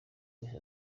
wese